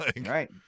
Right